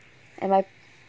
and I